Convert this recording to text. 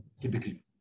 typically